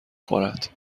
خورد